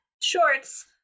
shorts